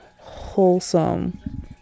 wholesome